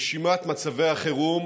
רשימת מצבי החירום